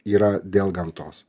yra dėl gamtos